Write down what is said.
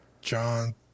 John